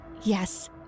Yes